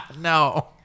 No